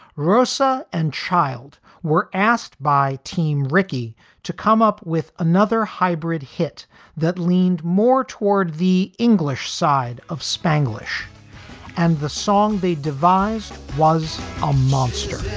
rosa and child were asked by team ricky to come up with another hybrid hit that leaned more toward the english side of spanglish and the song they devised was a monster,